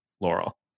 Laurel